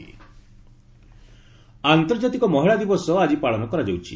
women's day ଆନ୍ତର୍ଜାତିକ ମହିଳା ଦିବସ ଆଜି ପାଳନ କରାଯାଉଛି